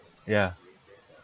ya